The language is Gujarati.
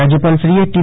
રાજયપાલશ્રીએ ટી